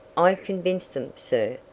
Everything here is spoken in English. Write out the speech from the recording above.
i convinced them, sir,